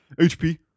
HP